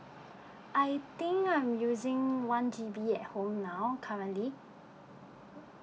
I think I'm using one G_B at home now currently